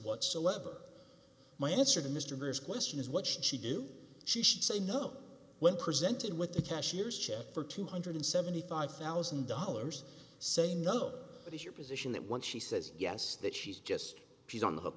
whatsoever my answer to mr bruce question is what should she do she should say no when presented with a cashier's check for two hundred seventy five thousand dollars say no it is your position that once she says yes that she's just she's on the ho